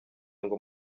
ngo